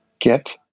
get